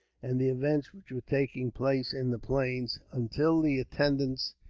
and the events which were taking place in the plains until the attendants,